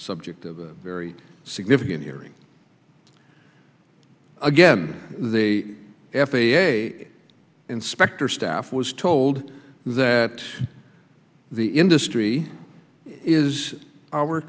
subject of a very significant hearing again they f a a inspector staff was told that the industry is our